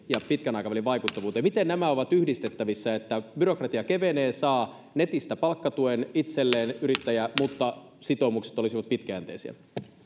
ja pitkän aikavälin vaikuttavuuteen niin miten nämä ovat yhdistettävissä että byrokratia kevenee ja saa netistä palkkatuen itselleen yrittäjä mutta sitoumukset olisivat pitkäjänteisiä